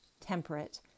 temperate